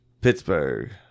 Pittsburgh